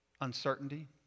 Uncertainty